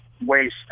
waste